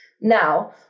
Now